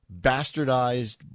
bastardized